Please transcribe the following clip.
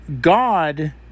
God